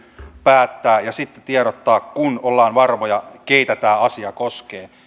päättää ja sitten tiedottaa kun ollaan varmoja keitä tämä asia koskee